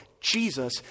Jesus